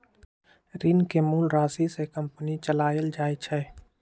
ऋण के मूल राशि से कंपनी चलाएल जाई छई